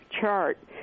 chart